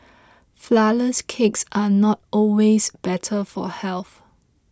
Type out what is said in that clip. Flourless Cakes are not always better for health